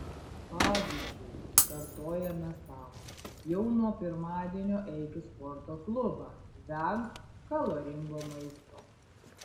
pavyzdžiui kartojame sau jau nuo pirmadienio eik į sporto klubą venk kaloringo maisto